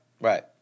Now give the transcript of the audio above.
Right